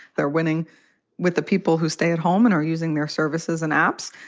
they're winning with the people who stay at home and are using their services and apps.